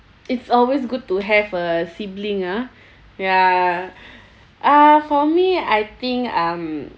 it's always good to have a sibling ah ya uh for me I think um